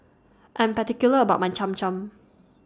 I'm particular about My Cham Cham